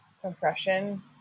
compression